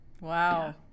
Wow